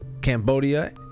Cambodia